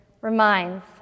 reminds